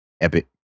epic